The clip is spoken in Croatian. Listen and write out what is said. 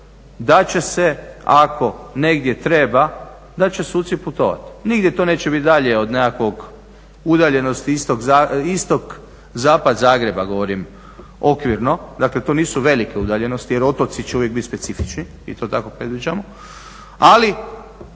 da će se ako negdje treba da će suci putovati. Nigdje to neće biti dalje od nekakvog udaljenosti istok-zapad Zagreba govorim okvirno, dakle to nisu velike udaljenosti jer otoci će uvijek biti specifični i to tako predviđamo, ali